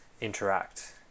interact